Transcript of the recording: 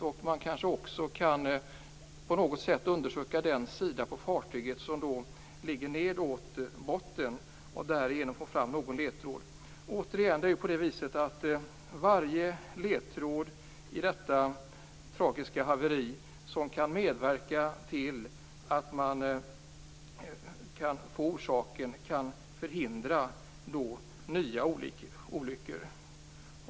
Och man kanske också på något sätt kan undersöka den sida på fartyget som ligger nedåt botten för att därigenom få fram någon ledtråd. Varje ledtråd i detta tragiska haveri kan medverka till att man kan få fram orsaken till haveriet och förhindra nya olyckor.